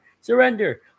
Surrender